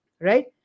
right